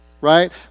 right